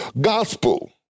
gospel